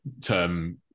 term